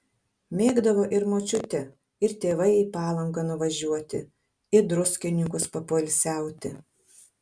mėgdavo ir močiutė ir tėvai į palangą nuvažiuoti į druskininkus papoilsiauti